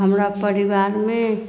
हमरा परिवारमे